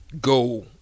go